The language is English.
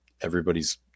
everybody's